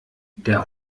der